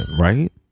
right